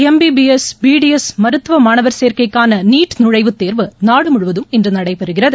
MBBS BDS மருத்துவ மாணவர் சேர்க்கைக்கான நீட் நுழைவுத் தேர்வு நாடு முழுவதும் இன்று நடைபெறுகிறது